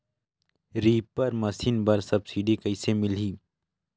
Reaper machine बर subsidy कइसे मिलही?